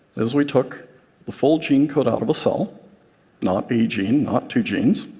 is we took the full gene code out of a cell not a gene, not two genes,